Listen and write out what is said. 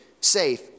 safe